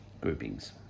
groupings